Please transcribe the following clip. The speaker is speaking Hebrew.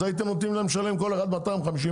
אז הייתם נותנים להם כל אחד לשלם 250,000?